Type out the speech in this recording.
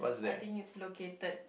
I think it's located